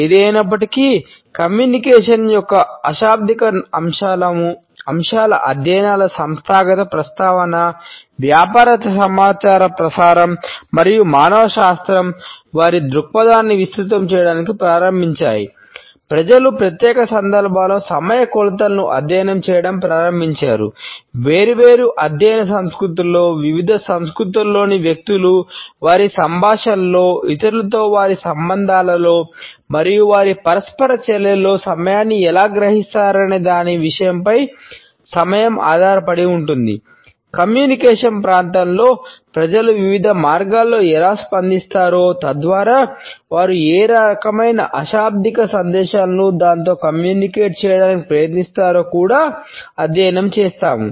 ఏది ఏమయినప్పటికీ కమ్యూనికేషన్ చేయడానికి ప్రయత్నిస్తారో కూడా అధ్యయనం చేస్తాము